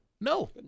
No